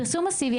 פרסום מסיבי.